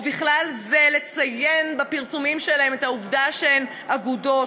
ובכלל זה לציין בפרסומים שלהן את העובדה שהן אגודות,